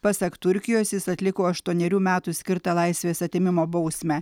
pasak turkijos jis atliko aštuonerių metų skirtą laisvės atėmimo bausmę